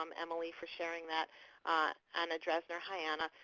um emily, for sharing that anna dresner, hi anna.